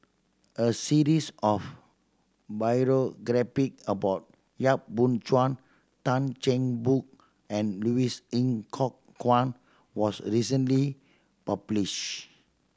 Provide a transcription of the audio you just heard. a series of about Yap Boon Chuan Tan Cheng Bock and Louis Ng Kok Kwang was recently published